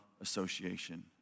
Association